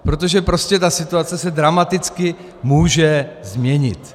Protože prostě ta situace se dramaticky může změnit.